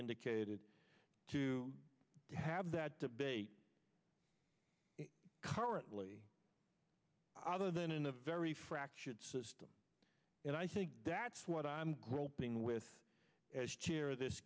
indicated to have that debate currently other than in a very fractured system and i think that's what i'm groping with as chair of this